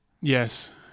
yes